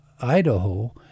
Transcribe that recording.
Idaho